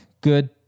good